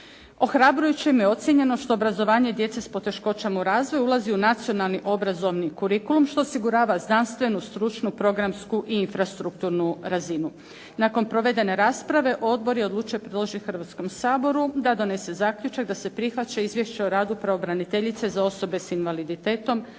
Ohrabrujućim je ocijenjeno što obrazovanje djece s poteškoćama u razvoju ulazi u nacionalni obrazovni kurikulum što osigurava znanstvenu, stručnu, programsku i infrastrukturnu razinu. Nakon provedene rasprave odbor je odlučio predložiti Hrvatskom saboru da donese zaključak da se prihvaća Izvješće o radu pravobraniteljice za osobe s invaliditetom